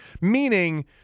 Meaning